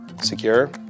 Secure